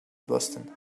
boston